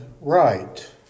right